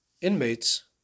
inmates